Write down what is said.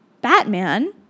Batman